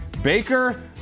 Baker